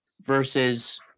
versus